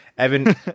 Evan